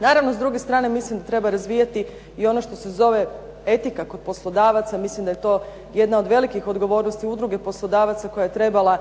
Naravno, s druge strane mislim da treba razvijati ono što se zove etika kod poslodavaca, mislim da je to jedna od velikih odgovornosti Udruge poslodavaca koja je trebala